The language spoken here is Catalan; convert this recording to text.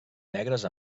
negres